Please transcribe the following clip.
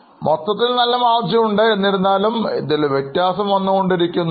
മൊത്തത്തിൽ അവർക്ക് നല്ല മാർജിൻ ഉണ്ട് എന്നിരുന്നാലും ഇത് മാറി കൊണ്ടിരിക്കുന്നുണ്ട്